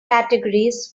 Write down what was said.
categories